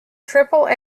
triple